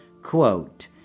Quote